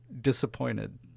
disappointed